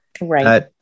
Right